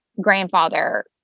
grandfather